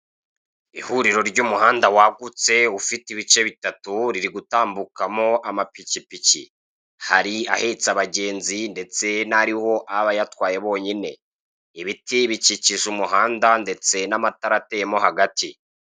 Ihuriro ry'umihanda wagutse ufite ibice bitatu riri gutambukamo amapikipiki, hari ahetse abagenzi ndetse n'ariho abayatwaye bonyine, ibiti bikikije umuhanda ndetse n'amatara ateyemo hagati.